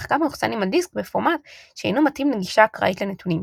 אך גם מאוחסנים על דיסק בפורמט שאינו מתאים לגישה אקראית לנתונים.